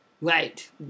Right